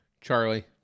Charlie